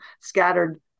scattered